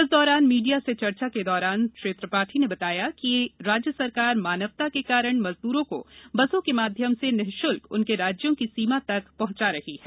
इस दौरान मीडिया से चर्चा के दौरान श्री त्रिपाठी ने बताया कि राज्य सरकार मानवता के कारण मजदूरों को बसो के माध्यम से निःश्ल्क उनके राज्यों की सीमा तक पहंचाया रही है